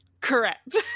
Correct